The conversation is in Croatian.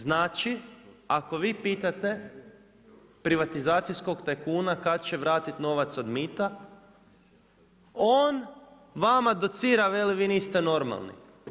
Znači, ako vi pitate privatizacijskog tajkuna kad će vratiti novac od mita, on vama docira, veli vi niste normalni.